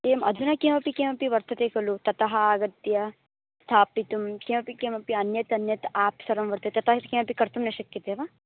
एवम् अधुना किमपि किमपि वर्तते खलु ततः आगत्य स्थापितुं किमपि किमपि अन्यत् अन्यत् आप् सर्वं वर्तते तादृशं किमपि कर्तुं न शक्यते वा